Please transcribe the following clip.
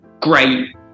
great